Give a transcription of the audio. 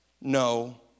no